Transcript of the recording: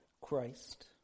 Christ